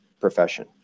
profession